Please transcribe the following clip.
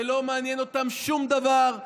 ולא מעניין אותם שום דבר,